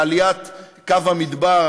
בעליית קו המדבר,